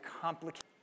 complicated